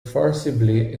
forcibly